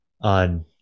on